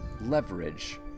leverage